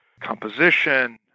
composition